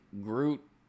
groot